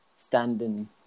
standing